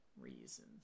reason